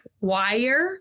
Wire